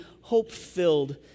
hope-filled